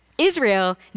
Israel